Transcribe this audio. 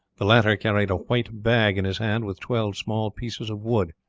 the latter carried a white bag in his hand with twelve small pieces of wood.